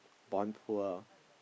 born poor